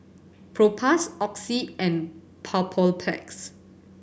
Propass Oxy and Papulex